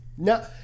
No